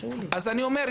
אז אני אומר,